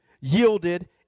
yielded